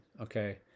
okay